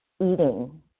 eating